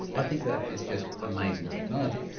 i think that is just amazing technology.